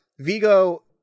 Vigo